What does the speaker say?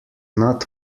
not